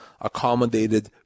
accommodated